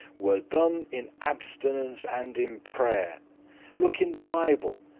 were done in abstinence and in prayere look in the bible,